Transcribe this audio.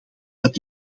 dat